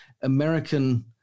American